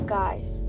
guys